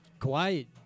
Kawhi